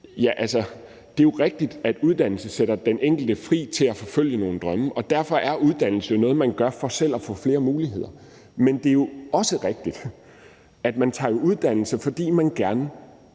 Ja, altså, det er jo rigtigt, at uddannelse sætter den enkelte fri til at forfølge nogle drømme, og derfor er det at tage en uddannelse jo noget, man gør for selv at få flere muligheder. Men det er jo også rigtigt, at man tager en uddannelse, fordi man gerne